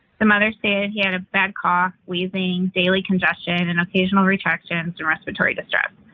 the mother stated he had a bad cough, wheezing, daily congestion, and occasional retractions and respiratory distress.